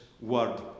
word